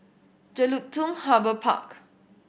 Jelutung Harbour Park